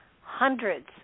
hundreds